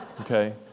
Okay